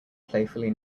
playfully